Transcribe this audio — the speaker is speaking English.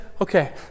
okay